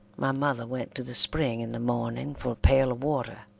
my mother went to the spring in the morning for a pail of water,